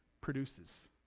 produces